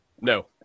No